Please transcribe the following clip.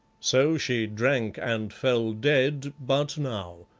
so she drank, and fell dead but now.